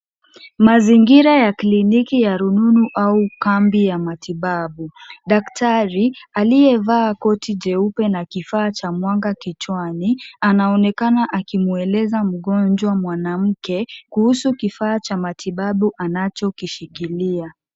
Mazingira ya kliniki ya rununu au kambi ya matibabu. Daktari aliyevaa koti jeupe na kifaa cha mwanga kichwani anaonekana akimweleza mgonjwa mwanamke kuhusu kifaa cha matibabu anachokishikilia.